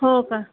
हो का